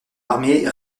armée